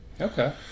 Okay